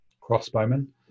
crossbowmen